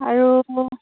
আৰু